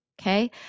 Okay